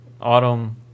Autumn